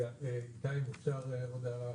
איתי, אם אפשר עוד הערה אחת.